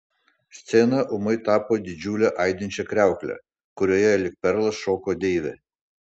scena ūmai tapo didžiule aidinčia kriaukle kurioje lyg perlas šoko deivė